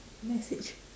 message